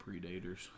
Predators